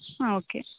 ಹಾಂ ಓಕೆ